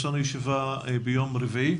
יש לנו ישיבה ביום רביעי,